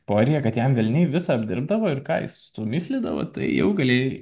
porija kad jam velniai visa apdirbdavo ir ką jis sumislydavo tai jau galėjai